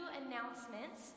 announcements